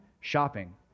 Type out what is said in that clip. shopping